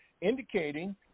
indicating